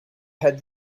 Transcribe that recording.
had